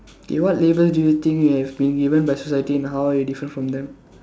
okay what label do you think you have been given by society and how you differ from them